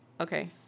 Okay